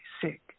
sick